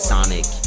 Sonic